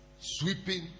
Sweeping